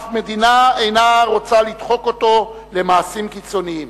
אף מדינה אינה רוצה לדחוק אותו למעשים קיצוניים,